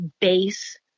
base